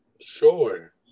Sure